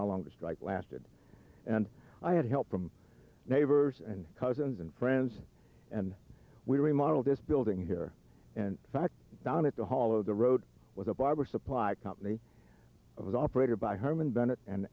how long the strike lasted and i had help from neighbors and cousins and friends and we remodeled this building here in fact down at the hall of the road with a barber supply company operated by herman bennett and